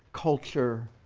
culture,